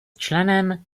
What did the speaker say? členem